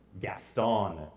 Gaston